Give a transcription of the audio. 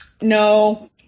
no